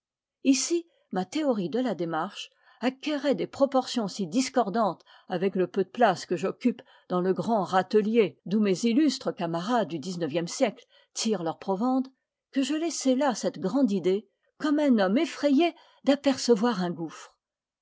ici ma théorie de la démarche acquérait des proportions si discordantes avec le peu de place que j'occupe dans le grand râtelier d'où mes illustres camarades du xix siècle tirent leur provende que je laissai là cette grande idée comme un homme effrayé d'apercevoir un gouffre